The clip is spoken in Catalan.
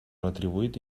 retribuït